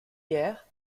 guerre